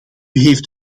heeft